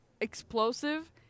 explosive